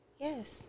Yes